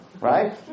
right